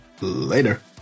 Later